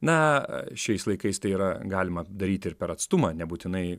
na šiais laikais tai yra galima daryti ir per atstumą nebūtinai